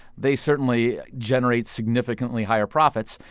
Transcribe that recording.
they certainly generate significantly higher profits.